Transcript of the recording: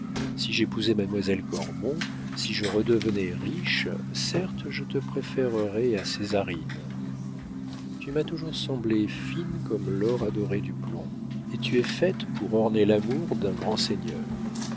si j'épousais mademoiselle cormon si je redevenais riche certes je te préférerais à césarine tu m'as toujours semblé fine comme l'or à dorer du plomb et tu es faite pour être l'amour d'un grand seigneur